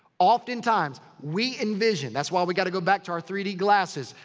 oftentimes, we envision. that's why we gotta go back to our three d glasses.